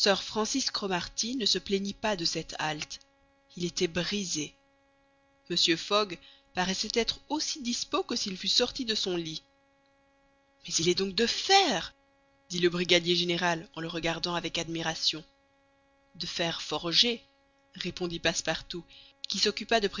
sir francis cromarty ne se plaignit pas de cette halte il était brisé mr fogg paraissait être aussi dispos que s'il fût sorti de son lit mais il est donc de fer dit le brigadier général en le regardant avec admiration de fer forgé répondit passepartout qui s'occupa de